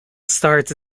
starts